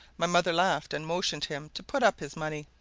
my mother laughed, and motioned him to put up his money.